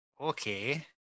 Okay